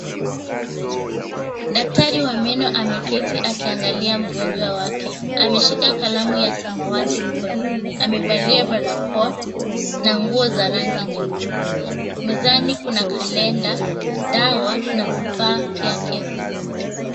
Daktari wa meno ameketi akiangalia mgonjwa wake. Ameshika kalamu ya samawati mkononi amevalia barakoa na nguo za rangi nyekundu. Mezani kuna kalenda, dawa, na vifaa vyake vya kazi.